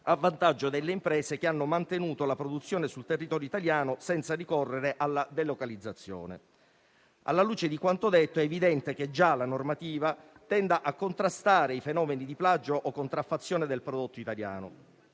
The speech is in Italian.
a vantaggio delle imprese che hanno mantenuto la produzione sul territorio italiano senza ricorrere alla delocalizzazione. Alla luce di quanto detto, è evidente che già la normativa tenda a contrastare i fenomeni di plagio o contraffazione del prodotto italiano.